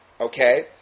Okay